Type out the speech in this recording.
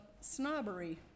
snobbery